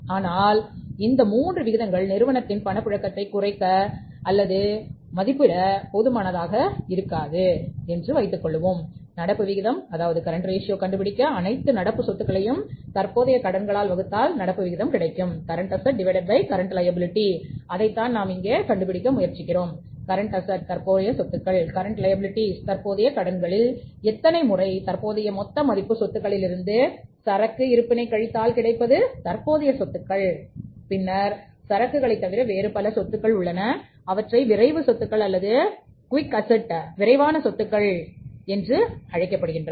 ஆனால் இந்த 3 விகிதங்கள் நிறுவனத்தின் பணப்புழக்கத்தைக் அறிய போதுமானதாக இல்லை என்று வைத்துக்கொள்ளுங்கள் நடப்பு விகிதம் அதாவது கரண்ட் ரேஷியோ கிடைக்கும் அதை தான் நாம் இங்கே கண்டுபிடிக்க முயற்சிக்கிறோம் கரண்ட் அசட் விரைவான சொத்துக்கள்என்று அழைக்கப்படுகின்றன